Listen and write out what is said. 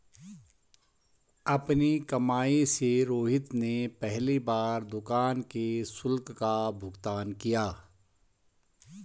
अपनी कमाई से रोहित ने पहली बार दुकान के शुल्क का भुगतान किया